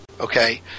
Okay